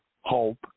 Hope